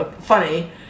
funny